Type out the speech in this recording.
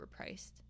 overpriced